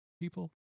people